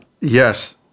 yes